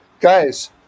Guys